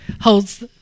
holds